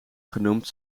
genoemd